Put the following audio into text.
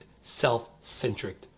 self-centric